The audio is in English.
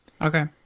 okay